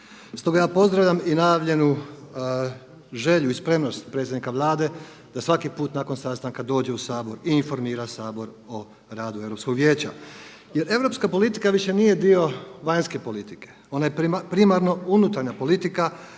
Stoga ja pozdravljam i najavljenu želju i spremnost predsjednika Vlade da svaki put nakon sastanka dođe u Sabor i informira Sabor o radu Europskog vijeća. Jer europska politika više nije dio vanjske politike ona je primarno unutarnja politika